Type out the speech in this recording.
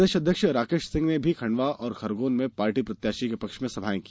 प्रदेश अध्यक्ष राकेश सिंह ने भी खंडवा और खरगोन में पार्टी प्रत्याशी के पक्ष में सभाएं की